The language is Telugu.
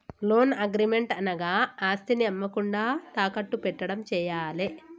లోన్ అగ్రిమెంట్ అనగా ఆస్తిని అమ్మకుండా తాకట్టు పెట్టడం చేయాలే